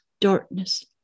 darkness